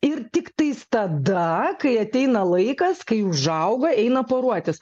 ir tik tais tada kai ateina laikas kai užauga eina poruotis